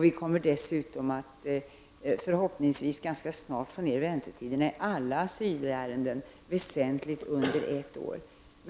Vi kommer dessutom att förhoppningsvis ganska snart få ner väntetiderna i alla asylärenden väsentligt under ett år.